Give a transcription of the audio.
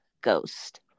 ghost